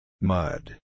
Mud